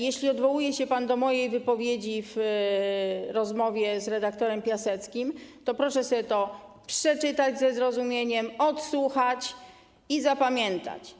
Jeśli odwołuje się pan do mojej wypowiedzi w rozmowie z redaktorem Piaseckim, to proszę sobie to przeczytać ze rozumieniem, odsłuchać i zapamiętać.